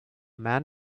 man